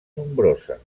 nombrosa